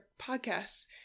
podcasts